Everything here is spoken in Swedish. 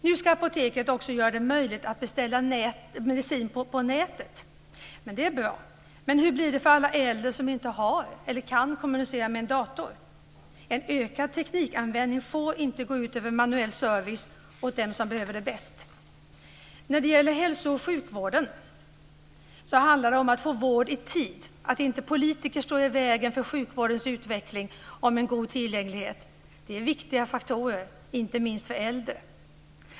Nu ska apoteken också göra det möjligt att beställa medicin via nätet, och det är bra. Men hur blir det för alla äldre som inte har eller inte kan kommunicera med en dator? En ökad teknikanvändning får inte gå ut över manuell service åt dem som behöver denna service bäst. När det gäller hälso och sjukvården handlar det om att få vård i tid, att inte politiker står i vägen för sjukvårdens utveckling och för en god tillgänglighet. Det är viktiga faktorer, inte minst för äldre.